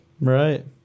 right